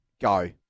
go